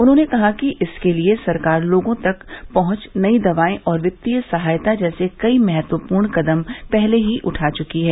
उन्होंने कहा कि इसके लिए सरकार लोगों तक पहुंच नई दवाएं और वित्तीय सहायता जैसे कई महत्वपूर्ण कदम पहले ही उठा च्की है